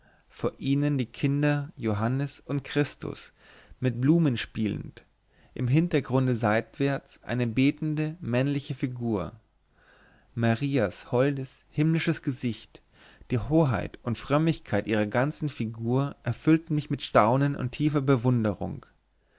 vor ihnen die kinder johannes und christus mit blumen spielend im hintergrunde seitwärts eine betende männliche figur marias holdes himmlisches gesicht die hoheit und frömmigkeit ihrer ganzen figur erfüllten mich mit staunen und tiefer bewunderung